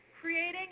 creating